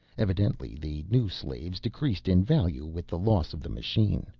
evidently the new slaves decreased in value with the loss of the machine.